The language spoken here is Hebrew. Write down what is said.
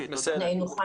אוקי, תודה.